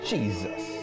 Jesus